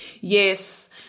Yes